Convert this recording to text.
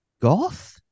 goth